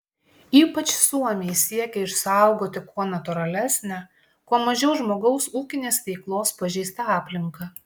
ypač suomiai siekia išsaugoti kuo natūralesnę kuo mažiau žmogaus ūkinės veiklos pažeistą aplinką